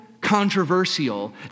controversial